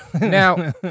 Now